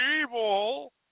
evil